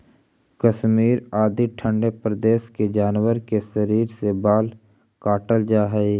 कश्मीर आदि ठण्ढे प्रदेश के जानवर के शरीर से बाल काटल जाऽ हइ